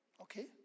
okay